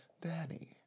Danny